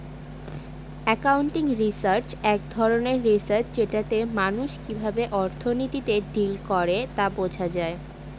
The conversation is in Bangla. একাউন্টিং রিসার্চ এক ধরনের রিসার্চ যেটাতে মানুষ কিভাবে অর্থনীতিতে ডিল করে তা বোঝা যায়